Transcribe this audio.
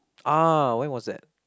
ah when was that